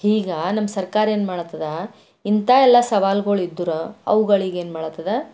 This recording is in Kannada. ಹೀಗೆ ನಮ್ಮ ಸರ್ಕಾರ ಏನು ಮಾಡತ್ತದ ಇಂಥ ಎಲ್ಲ ಸವಾಲುಗಳು ಇದ್ರೆ ಅವುಗಳಿಗೆ ಏನು ಮಾಡತ್ತದ